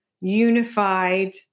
unified